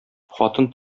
хатын